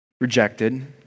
rejected